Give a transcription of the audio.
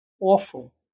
awful